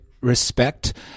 respect